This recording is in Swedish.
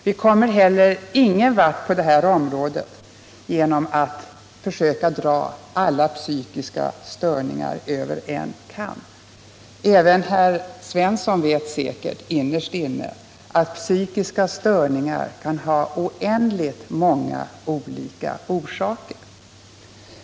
Vi kommer heller ingen vart på det här området genom att försöka dra alla psykiska störningar över en kam. Även herr Svensson vet säkert innerst inne att psykiska störningar kan ha oändligt många olika orsaker.